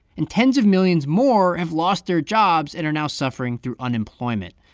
and tens of millions more have lost their jobs and are now suffering through unemployment.